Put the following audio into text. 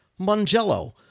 Mangello